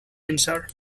answer